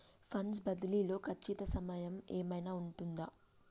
Funds బదిలీ లో ఖచ్చిత సమయం ఏమైనా ఉంటుందా?